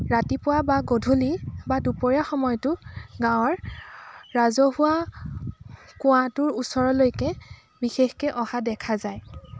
ৰাতিপুৱা বা গধূলি বা দুপৰীয়া সময়টো গাঁৱৰ ৰাজহুৱা কুঁৱাটোৰ ওচৰলৈকে বিশেষকৈ অহা দেখা যায়